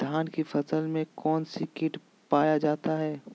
धान की फसल में कौन सी किट पाया जाता है?